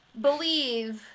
Believe